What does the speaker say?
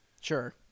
Sure